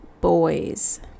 boys